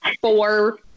four